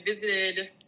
visited